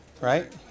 right